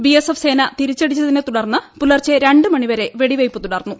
BSF സേന തിരിച്ചടിച്ചതിനെ തുടർന്ന് പുലർച്ച രണ്ട് മണിവരെ വെടിവയ്പ് തുടർന്നു